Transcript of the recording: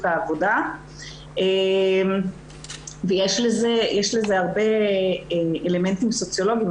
העבודה ויש לזה הרבה אלמנטים סוציולוגיים.